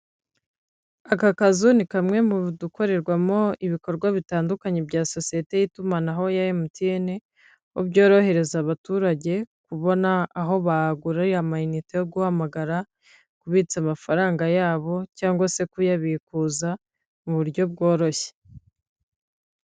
Aka kazu ni kamwe mu dukorerwamo ibikorwa bitandukanye bya sosiyete y'itumanaho ya MTN, aho byorohereza abaturage kubona aho bagurira amayinite yo guhamagara, kubitsa amafaranga yabo cyangwa se kuyabikuza mu buryo bworoshye.